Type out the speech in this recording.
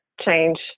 change